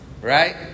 right